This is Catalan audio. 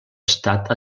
estat